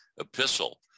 epistle